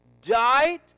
died